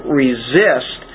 resist